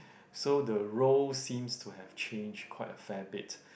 so the roles seems to have changed quite a fair bit